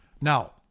Now